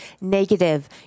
Negative